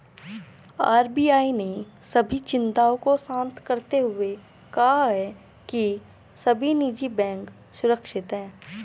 RBI ने सभी चिंताओं को शांत करते हुए कहा है कि सभी निजी बैंक सुरक्षित हैं